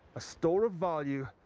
a store of vaiue,